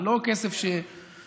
אבל ועדת הכספים אמורה